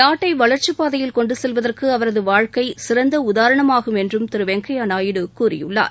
நாட்டை வளர்ச்சிப் பாதையில் கொண்டு செல்வதற்கு அவரது வாழ்க்கை சிறந்த உதாரணமாகும் என்று திரு வெங்கையா நாயுடு கூறியுள்ளார்